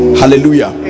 hallelujah